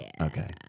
okay